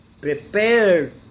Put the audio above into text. prepared